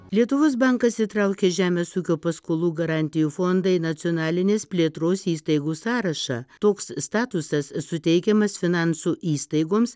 lietuvos bankas įtraukė žemės ūkio paskolų garantijų fondai nacionalinės plėtros įstaigų sąrašą toks statusas suteikiamas finansų įstaigoms